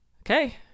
okay